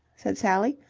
said sally.